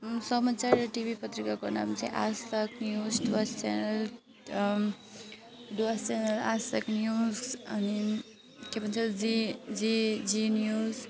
समाचार टिभी पत्रिकाको नाम चाहिँ Aaj Tak news Dooars channel Dooars channel Aaj Tak news अनि के भन्छ जे जे जी न्युज